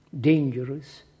dangerous